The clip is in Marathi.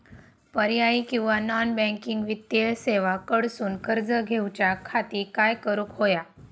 पर्यायी किंवा नॉन बँकिंग वित्तीय सेवा कडसून कर्ज घेऊच्या खाती काय करुक होया?